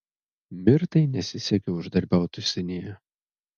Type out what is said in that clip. mirtai nesisekė uždarbiaut užsienyje